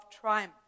triumph